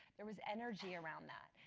there was energy around that.